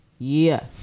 Yes